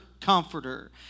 comforter